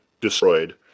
destroyed